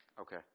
Okay